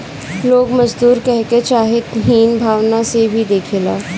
लोग मजदूर कहके चाहे हीन भावना से भी देखेला